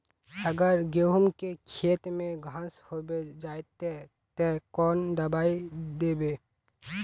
अगर गहुम के खेत में घांस होबे जयते ते कौन दबाई दबे?